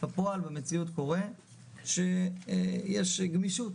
בפועל במציאות קורה שיש גמישות,